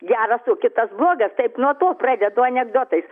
geras o kitas blogas taip nuo to pradedu anekdotais